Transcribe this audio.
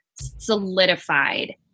solidified